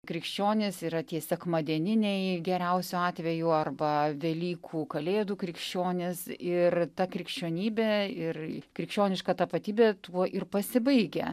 krikščionys yra tie sekmadieniniai geriausiu atveju arba velykų kalėdų krikščionys ir ta krikščionybė ir krikščioniška tapatybė tuo ir pasibaigia